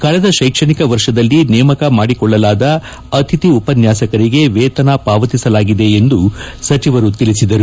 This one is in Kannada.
ಕಳೆದ ಶೈಕ್ಷಣಿಕ ವರ್ಷದಲ್ಲಿ ನೇಮಕ ಮಾಡಿಕೊಳ್ಳಲಾದ ಅತಿಥಿ ಉಪನ್ಯಾಸಕರಿಗೆ ವೇತನ ಪಾವತಿಸಲಾಗಿದೆ ಎಂದು ಸಚಿವರು ತಿಳಿಸಿದರು